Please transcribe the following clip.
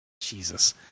Jesus